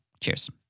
Cheers